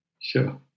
Sure